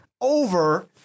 Over